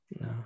no